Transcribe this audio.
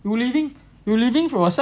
you living you living